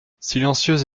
silencieuse